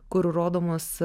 kur rodomos